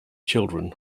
children